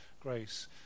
grace